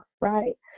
right